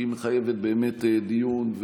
שמחייבת באמת דיון,